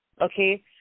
Okay